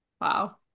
Wow